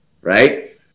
Right